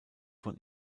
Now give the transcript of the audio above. von